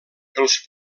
els